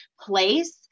place